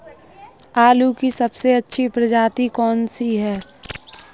आलू की सबसे अच्छी प्रजाति कौन सी है?